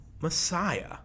Messiah